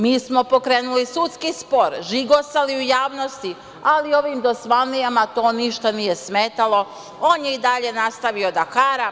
Mi smo pokrenuli sudski spor, žigosali u javnosti, ali ovim dosmanlijama to ništa nije smetalo, on je i dalje nastavio da hara.